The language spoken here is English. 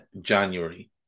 January